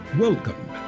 Welcome